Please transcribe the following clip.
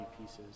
pieces